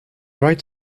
right